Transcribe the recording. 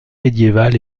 médiéval